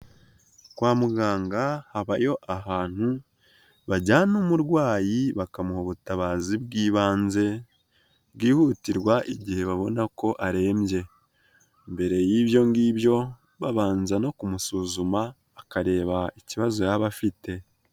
Kwa muganga habayo ahantu bajyana umurwayi bakamuha ubutabazi bw'ibanze bwihutirwa igihe babona ko arembye. Mbere y'ibyo ngibyo babanza no kumusuzuma akareba ikibazo yaba afite.